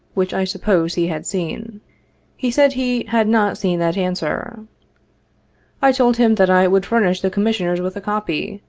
which i supposed he had seen he said he had not seen that answer i told him that i would furnish the commission ers with a copy,